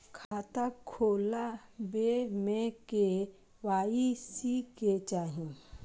खाता खोला बे में के.वाई.सी के चाहि?